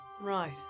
Right